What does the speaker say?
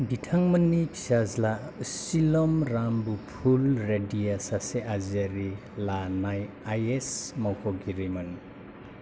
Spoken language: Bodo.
बिथांमोननि फिसाज्ला सीलम राम बुपाल रेड्डीआ सासे आजिरा लानाय आइ ए एस मावख'गिरिमोन